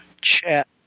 chat